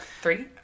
three